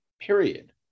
period